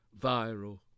viral